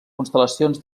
constel·lacions